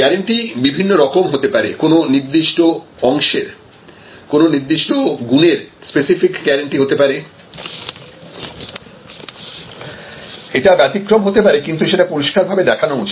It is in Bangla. গ্যারান্টি বিভিন্ন রকম হতে পারে কোন নির্দিষ্ট অংশের কোন নির্দিষ্ট গুণের স্পেসিফিক গ্যারেন্টি হতে পারে এটা ব্যতিক্রম হতে পারে কিন্তু সেটা পরিষ্কার ভাবে দেখানো উচিত